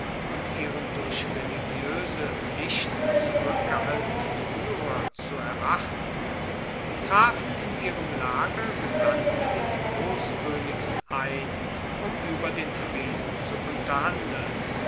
und ihren durch religioese pflichten zurueckgehaltenen fuehrer zu erwarten trafen in ihrem lager gesandte des grosskoenigs ein um ueber den frieden zu unterhandeln